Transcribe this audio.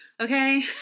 Okay